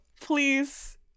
please